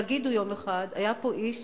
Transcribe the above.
יגידו יום אחד: היה פה איש